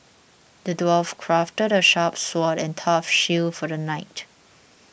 the dwarf crafted a sharp sword and a tough shield for the knight